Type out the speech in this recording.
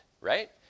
right